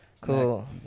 Cool